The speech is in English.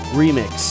remix